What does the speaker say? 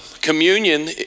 communion